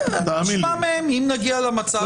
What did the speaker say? נשמע מהם אם נגיע למצב הזה.